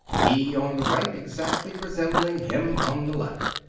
he on the right exactly resembling him on the left.